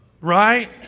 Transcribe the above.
Right